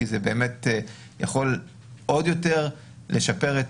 כי זה באמת יכול עוד יותר לשפר את